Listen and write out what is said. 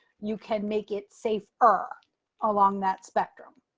you can make it safer ah along that spectrum.